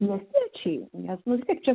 miestiečiai nes nu vis tiek čia